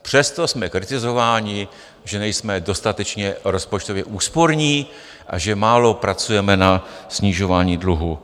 Přesto jsme kritizováni, že nejsme dostatečně rozpočtově úsporní a že málo pracujeme na snižování dluhu.